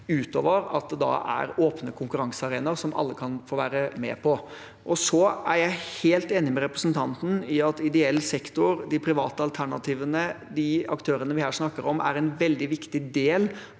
utover at det er åpne konkurransearenaer som alle kan få være med på. Jeg er helt enig med representanten i at ideell sektor og de private alternativene, de aktørene vi her snakker om, er en veldig viktig del